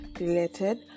related